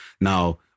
Now